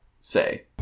say